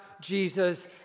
Jesus